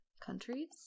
countries